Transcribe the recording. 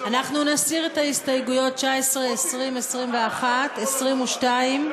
אנחנו נסיר את ההסתייגויות 19, 20, 21, 22,